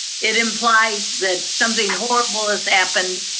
it implies that something horrible has happened,